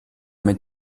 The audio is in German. mit